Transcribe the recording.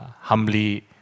humbly